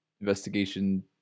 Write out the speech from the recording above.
investigation